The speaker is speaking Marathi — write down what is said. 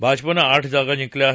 भाजपानं आठ जागा जिंकल्या आहेत